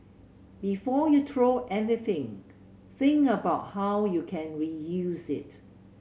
before you throw anything think about how you can reuse it